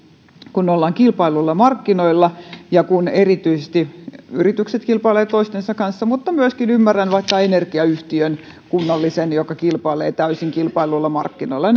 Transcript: kun ollaan kilpailluilla markkinoilla ja kun erityisesti yritykset kilpailevat toistensa kanssa ja ymmärrän sen myöskin vaikka kunnallisen energiayhtiön tapauksessa joka kilpailee täysin kilpailuilla markkinoilla